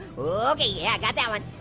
okay yeah got that one.